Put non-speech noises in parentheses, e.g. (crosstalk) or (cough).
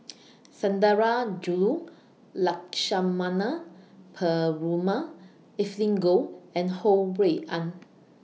(noise) Sundarajulu Lakshmana Perumal Evelyn Goh and Ho Rui An